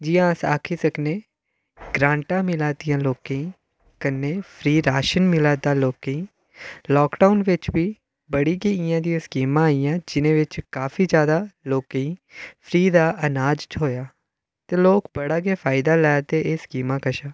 जि'यां अस आक्खी सकने ग्रांटां मिलै दियां लोकें ई कन्नै फ्री राशन मिलै दा लोकें ई लाॅकडाउन बिच्च बी बड़ी गै इ'यै जेहियां स्कीमां आई दियां जेह्दे बिच्च काफी जैदा लोकें ई फ्री दा आनाज थ्होए आ ते लोक बड़ा गै फैदा लै दे इस स्कीमां कशा